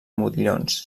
modillons